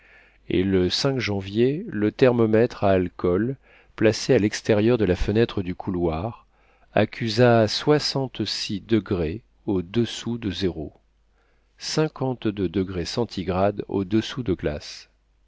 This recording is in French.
et le janvier le thermomètre à alcool placé à l'extérieur de la fenêtre du couloir accusa soixante-six degrés au-dessous de zéro